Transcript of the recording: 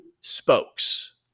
spokes